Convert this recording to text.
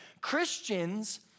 Christians